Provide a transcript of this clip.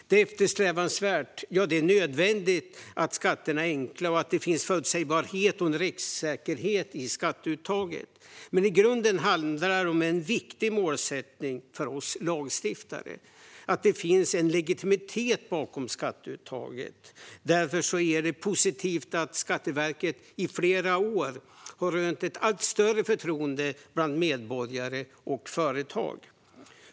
Det är eftersträvansvärt - ja, det är nödvändigt - att skatterna är enkla och att det finns förutsebarhet och rättssäkerhet i skatteuttaget. I grunden handlar det dock om en viktig målsättning för oss lagstiftare: att det finns legitimitet bakom skatteuttaget. Därför är det positivt att Skatteverket i flera år har rönt ett allt större förtroende bland medborgare och företag.